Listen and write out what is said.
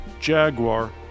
Jaguar